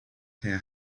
her